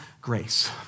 grace